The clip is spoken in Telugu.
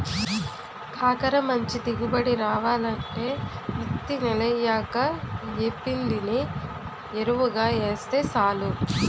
కాకర మంచి దిగుబడి రావాలంటే యిత్తి నెలయ్యాక యేప్పిండిని యెరువుగా యేస్తే సాలు